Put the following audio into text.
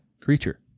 creature